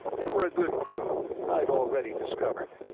they were a good crew, i'd already discovered.